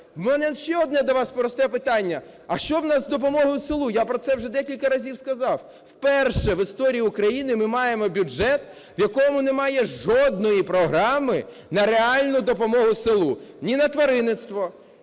мене ще одне до вас просте питання. А що у нас з допомогою селу? Я вже про це декілька разів сказав, вперше в історії України ми маємо бюджет, в якому немає жодної програми на реальну допомогу селу. Ні на тваринництво,